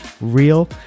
real